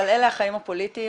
אבל אלה החיים הפוליטיים,